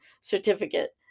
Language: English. certificate